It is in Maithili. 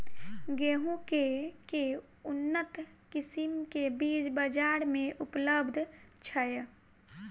गेंहूँ केँ के उन्नत किसिम केँ बीज बजार मे उपलब्ध छैय?